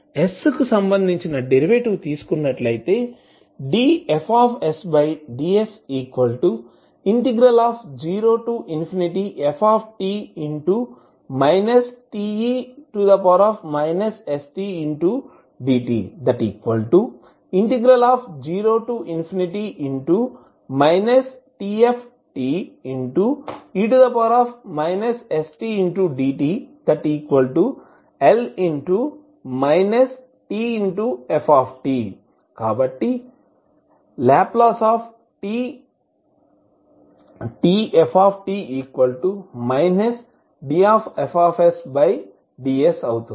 S కు సంబంధించి derivative తీసుకున్నట్లయితే dFds0ft te stdt0 tfte stdtL tf కాబట్టిLtf dFds అవుతుంది